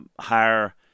higher